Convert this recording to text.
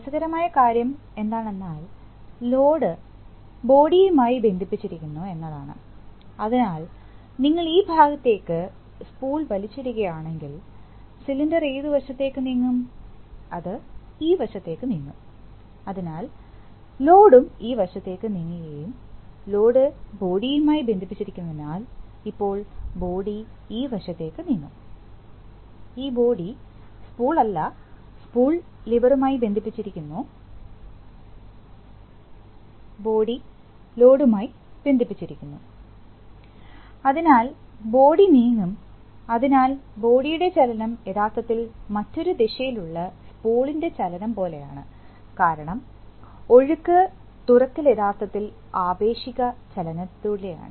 രസകരമായ കാര്യം എന്താണ് എന്നാൽ ലോഡ് ബോഡിആയി ബന്ധിപ്പിച്ചിരിക്കുന്നു എന്നതാണ് അതിനാൽ നിങ്ങൾ ഈ ഭാഗത്തേക്ക് സ്പൂൾ വലിച്ചിടുകയാണെങ്കിൽ സിലിണ്ടർ ഏത് വശത്തേക്ക് നീങ്ങും അത് ഈ വശത്തേക്ക് നീങ്ങും അതിനാൽ ലോഡും ഈ വശത്തേക്ക് നീങ്ങുകയും ലോഡ് ബോഡിയുമായി ബന്ധിപ്പിച്ചിരിക്കുന്നതിനാൽ ഇപ്പോൾ ബോഡി ഈ വശത്തേക്ക് നീങ്ങും ഈ ബോഡി സ്പൂളല്ല സ്പൂൾ ലിവറുമായി ബന്ധിപ്പിച്ചിരിക്കുന്നുബോഡി ലോഡുമായി ബന്ധിപ്പിച്ചിരിക്കുന്നു അതിനാൽ ബോഡി നീങ്ങും അതിനാൽ ബോഡിയുടെ ചലനം യഥാർത്ഥത്തിൽ മറ്റൊരു ദിശയിലുള്ള സ്പൂളിൻറെ ചലനം പോലെയാണ് കാരണം ഒഴുക്ക് തുറക്കൽ യഥാർത്ഥത്തിൽ ആപേക്ഷിക ചലനത്തിലൂടെയാണ്